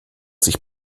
sich